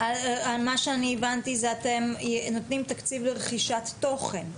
מה שאני הבנתי, אתם נותנים תקציב לרכישת תוכן.